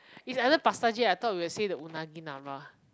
is either pasta I thought you will say the unagi-nara